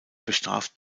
bestraft